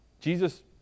Jesus